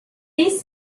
these